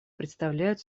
представляют